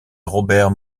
robert